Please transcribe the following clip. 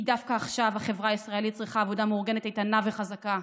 כי דווקא עכשיו החברה הישראלית צריכה עבודה מאורגנת איתנה וחזקה,